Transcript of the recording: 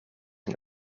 een